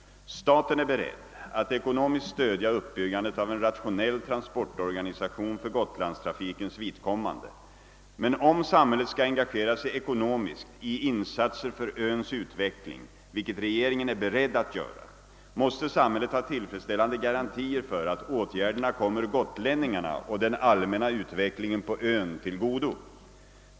Staten är beredd att ekonomiskt stödja uppbyggandet av en rationell transportorganisation för gotlandstrafikens vidkommande. Men om samhället skall engagera sig ekonomiskt i insatser för öns utveckling, vilket regeringen är beredd att göra, måste samhället ha tillfredsställande garantier för att åtgärderna kommer gotlänningarna och den allmänna utvecklingen på ön till godo.